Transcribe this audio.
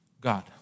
God